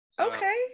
okay